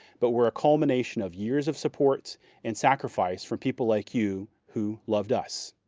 but were a culmination of years of support and sacrifice from people like you who loved us.